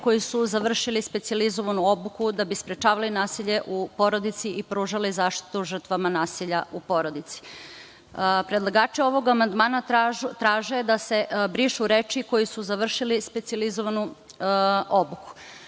koji su završili specijalizovanu obuku da bi sprečavali nasilje u porodici i pružali zaštitu žrtvama nasilja u porodici. Predlagači ovog amandmana traže da se brišu reči – koji su završili specijalizovanu obuku.